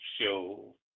Show